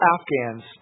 Afghans